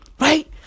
right